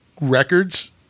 records